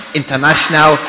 international